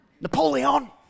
Napoleon